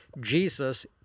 Jesus